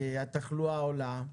התחלואה עולה.